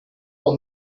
will